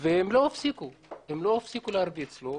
והם לא הפסיקו להרביץ לו,